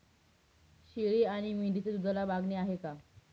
शेळी आणि मेंढीच्या दूधाला मागणी आहे का?